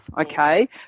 okay